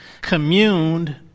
communed